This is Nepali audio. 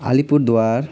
आलिपुरद्वार